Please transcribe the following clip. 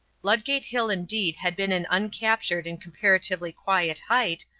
ludgate hill indeed had been an uncaptured and comparatively quiet height,